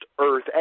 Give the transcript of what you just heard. earth